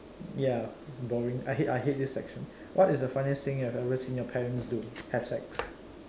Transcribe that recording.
ya boring I hate I hate this section what is the funniest thing you have ever seen your parents do have sex